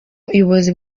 ubuyobozi